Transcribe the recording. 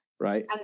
right